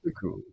Cool